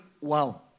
wow